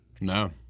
No